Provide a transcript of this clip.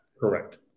Correct